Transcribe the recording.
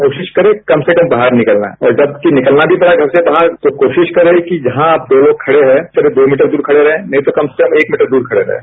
कोशिश करें कम से कम बाहर निकलना है और जबकि निकलना भी पड़ा घर से बाहर तो कोशिश करें कि जहां आप दो लोग खड़े हैं करीब दो मीटर दूर खड़े रहें नहीं तो कम से कम एक मीटर दूर खड़े रहें